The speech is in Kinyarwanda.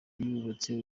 yubatse